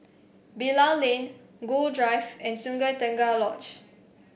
Bilal Lane Gul Drive and Sungei Tengah Lodge